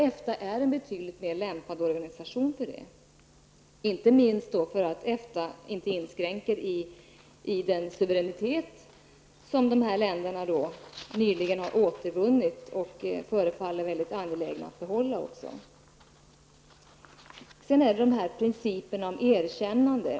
EFTA är en betydligt mer lämpad organisation för det, inte minst för att EFTA inte inskränker i den suveränitet som de här länderna nyligen har återvunnit och också förefaller väldigt angelägna att behålla. Sedan några ord om principerna för erkännande.